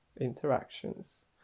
interactions